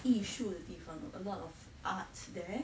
艺术的地方 a lot of art there